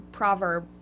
proverb